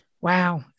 Wow